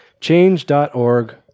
change.org